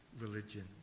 religion